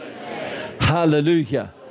Hallelujah